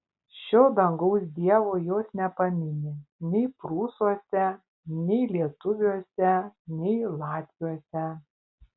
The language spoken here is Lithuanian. šio dangaus dievo jos nepamini nei prūsuose nei lietuviuose nei latviuose